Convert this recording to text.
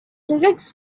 lyrics